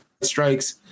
strikes